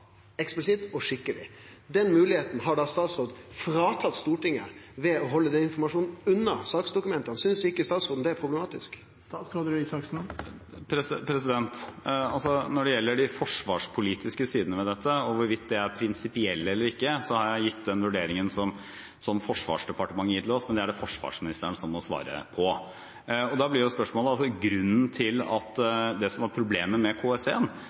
eksplisitt og skikkeleg. Den moglegheita har statsråden fråtatt Stortinget ved å halde denne informasjonen unna saksdokumenta. Synest ikkje statsråden det er problematisk? Når det gjelder de forsvarspolitiske sidene ved dette, og hvorvidt de er prinsipielle eller ikke, har jeg gitt den vurderingen som Forsvarsdepartementet har gitt oss, men dette er det forsvarsministeren som må svare på. Det som var problemet med KS1, var bl.a. at den ikke ivaretok Forsvarets behov på en god nok måte. Dette er også viktig i et forsvarspolitisk perspektiv. Det